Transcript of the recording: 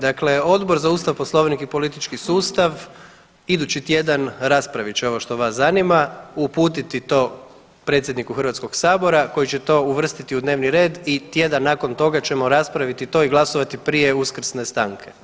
Dakle, Odbor za Ustav, Poslovnik i politički sustav idući tjedan raspravit će ovo što vas zanima, uputiti to predsjedniku Hrvatskog sabora koji će to uvrstiti u dnevni red i tjedan nakon toga ćemo raspraviti to i glasovati prije uskrsne stanke.